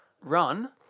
Run